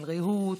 על ריהוט,